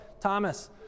Thomas